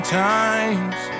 times